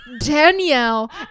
Danielle